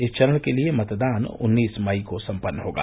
इस चरण के लिये मतदान उन्नीस मई को सम्पन्न होगा